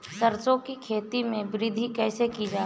सरसो की खेती में वृद्धि कैसे की जाती है?